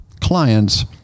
clients